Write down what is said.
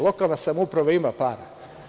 Lokalna samouprava ima para.